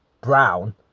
Brown